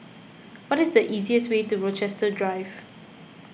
what is the easiest way to Rochester Drive